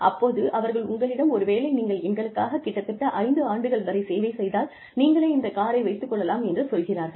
அப்போது அவர்கள் உங்களிடம் ஒருவேளை நீங்கள் எங்களுக்காக கிட்டத்தட்ட ஐந்து ஆண்டுகள் வரை சேவை செய்தால் நீங்களே இந்த காரை வைத்துக் கொள்ளலாம் என்று சொல்கிறார்கள்